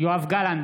יואב גלנט,